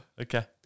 Okay